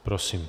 Prosím.